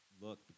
look